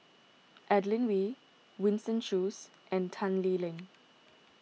Adeline Ooi Winston Choos and Tan Lee Leng